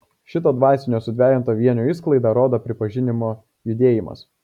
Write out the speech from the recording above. šito dvasinio sudvejinto vienio išsklaidą rodo pripažinimo judėjimas